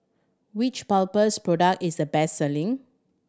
which Papulex product is the best selling